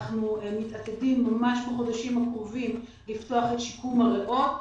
אנחנו מתעתדים ממש בחודשים הקרובים לפתוח את שיקום הריאות.